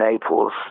Naples